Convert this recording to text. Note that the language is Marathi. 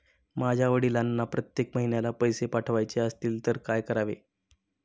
माझ्या वडिलांना प्रत्येक महिन्याला पैसे पाठवायचे असतील तर काय करावे?